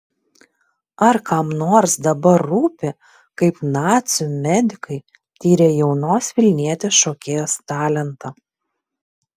ar kam nors dabar rūpi kaip nacių medikai tyrė jaunos vilnietės šokėjos talentą